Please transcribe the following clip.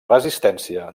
resistència